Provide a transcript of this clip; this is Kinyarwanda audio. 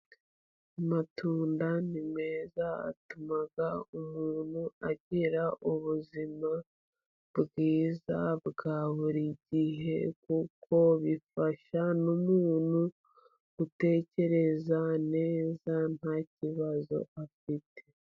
Amatunda ni meza atuma umuntu agira ubuzima bwiza bwa buri gihe kuko bifasha umuntu utekereza neza nta kibazo afite.